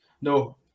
No